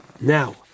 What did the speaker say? Now